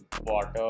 water